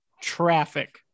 Traffic